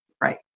Right